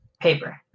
Paper